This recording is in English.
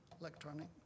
electronic